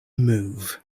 move